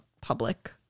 public